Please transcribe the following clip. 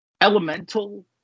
Elemental